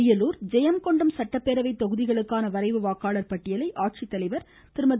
அரியலூர் ஜெயங்கொண்டம் சட்டப்பேரவை தொகுதிகளுக்கான வரைவு வாக்காளர் பட்டியலை ஆட்சித் தலைவர் திருமதி